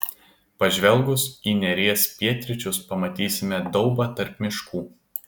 pažvelgus į neries pietryčius pamatysime daubą tarp miškų